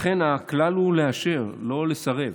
לכן הכלל הוא לאשר, לא לסרב,